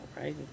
right